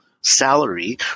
salary